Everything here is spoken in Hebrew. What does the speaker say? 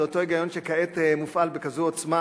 זה אותו היגיון שכעת מופעל בכזו עוצמה